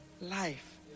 life